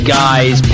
guys